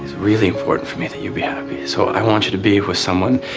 really important for me that you'd be happy. so i want you to be with someone,